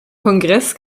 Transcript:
kongress